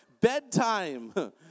bedtime